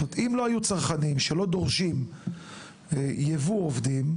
אם לא היו צרכנים שלא דורשים יבוא עובדים,